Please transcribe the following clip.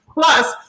plus